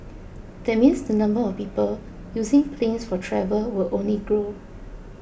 that means the number of people using planes for travel will only grow